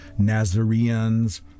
Nazareans